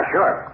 Sure